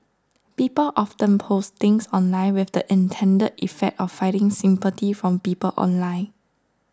people often post things online with the intended effect of finding sympathy from people online